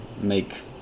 make